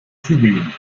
tübingen